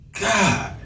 God